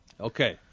Okay